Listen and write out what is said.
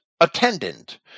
attendant